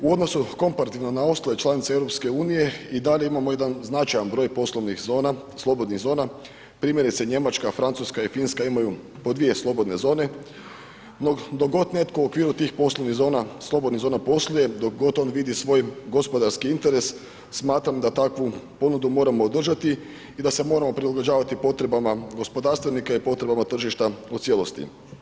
U odnosu komparativno na ostale članice EU-a i dalje imamo jedan značajan broj poslovnih zona, slobodnih zona, primjerice Njemačka, Francuska i Finska imaju po 2 slobodne zone no dok god netko u okviru tih poslovnih zona, slobodnih zona posluje, dok god on vidi svoj gospodarski interes, smatram da takvu ponudu moramo održati i da se moramo prilagođavati potrebama gospodarstvenika i potrebama tržišta u cijelosti.